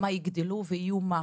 שהם יגדלו ויהיו מה?